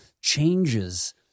changes